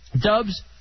Dubs